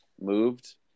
moved